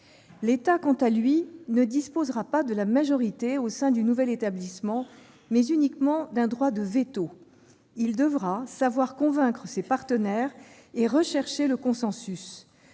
L'État, quant à lui, ne disposera pas de la majorité au sein du nouvel établissement, mais uniquement d'un droit de veto. Il devra savoir convaincre ses partenaires et rechercher le consensus.